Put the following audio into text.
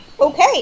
Okay